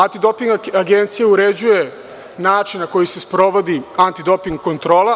Antidoping agencija uređuje način na koji se sprovodi antidoping kontrola.